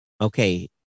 Okay